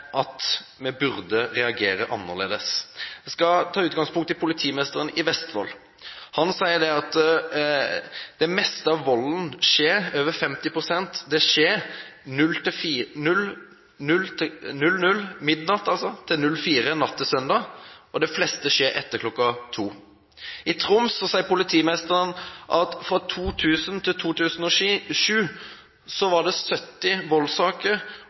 at vi burde reagere annerledes. Jeg skal ta utgangspunkt i politimesteren i Vestfold, som sier at det meste av volden – over 50 pst. – skjer mellom midnatt og kl. 4 natt til søndag, og det meste skjer etter kl. 2. I Troms sier politimesteren at det fra 2000 til